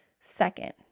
second